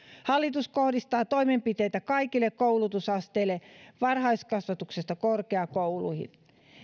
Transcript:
hallitus kohdistaa toimenpiteitä kaikille koulutusasteille varhaiskasvatuksesta korkeakouluihin